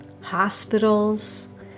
hospitals